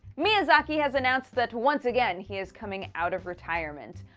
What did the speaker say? miyazaki has announced that once again he is coming out of retirement.